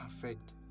perfect